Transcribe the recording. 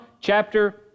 chapter